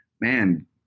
man